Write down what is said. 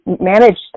managed